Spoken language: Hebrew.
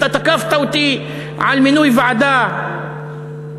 אתה תקפת אותי על מינוי ועדה קרואה,